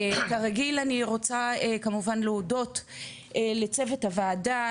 כרגיל אני רוצה כמובן להודות לצוות הוועדה,